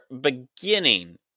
beginning